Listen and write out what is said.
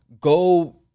go